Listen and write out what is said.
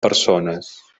persones